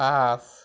পাঁচ